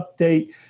update